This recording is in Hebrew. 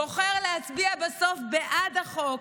בוחר להצביע בסוף בעד החוק,